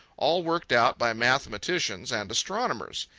all worked out by mathematicians and astronomers.